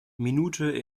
minute